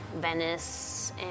Venice